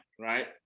right